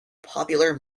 popular